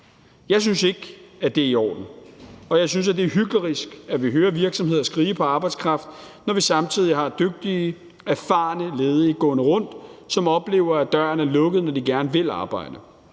Jeg synes ikke, det er i orden, og jeg synes, det er hyklerisk, at vi hører virksomheder skrige på arbejdskraft, når vi samtidig har dygtige, erfarne ledige gående rundt, som oplever, at døren er lukket, når de gerne vil arbejde.